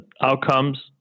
outcomes